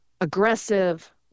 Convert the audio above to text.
aggressive